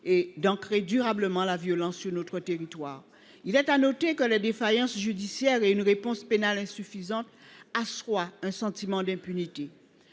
et d’ancrer durablement la violence sur notre territoire. Il est à noter que les défaillances judiciaires et une réponse pénale insuffisante assoient un sentiment d’impunité.